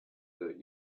that